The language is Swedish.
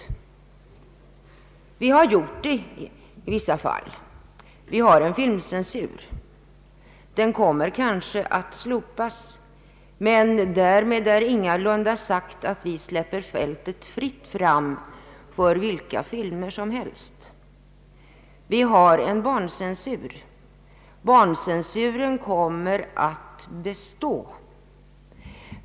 Vi har gjort det i vissa fall. Vi har en filmcensur. Den kommer kanske att slopas, men därmed är ingalunda sagt att vi släpper fältet fritt för vilka filmer som helst. Vi har en barnfilmcensur. Den kommer att bestå.